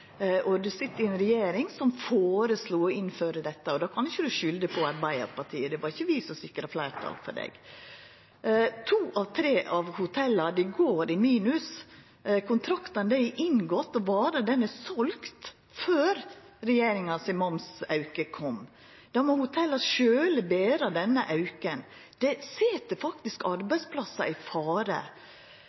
sit i ei regjering som føreslo å innføra dette, og då kan du ikkje skulda på Arbeidarpartiet. Det var ikkje vi som sikra fleirtal for deg. To av tre hotell går i minus. Kontraktane er inngåtte og varer er selde før regjeringa si momsauke kom. Då må hotella sjølve bera denne auken, og det set faktisk arbeidsplassar i fare.